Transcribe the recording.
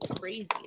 crazy